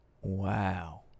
Wow